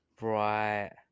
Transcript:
Right